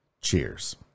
Cheers